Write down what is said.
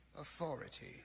authority